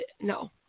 no